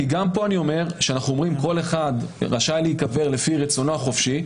כי גם כשאנחנו אומרים פה שכל אחד ראשי להיקבר לפי רצונו החופשי,